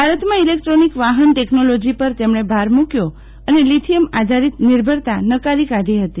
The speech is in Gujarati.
ભારતમાં ઇલેક ટ્રોનિક વાફન ટેકનોલોજી પર તેમણે ભાર મુક્યો અને અને લિથિયમ આધારીત નિર્ભરતા નકારી કાઢી ફતી